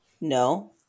No